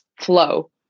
flow